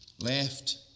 left